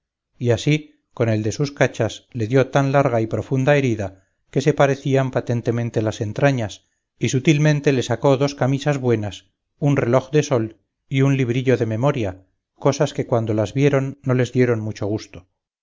y así con el de sus cachas le dio tan larga y profunda herida que se parecían patentemente las entrañas y sutilmente le sacó dos camisas buenas un reloj de sol y un librillo de memoria cosas que cuando las vieron no les dieron mucho gusto